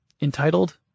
Entitled